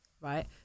Right